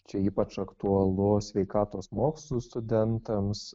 čia ypač aktualu sveikatos mokslų studentams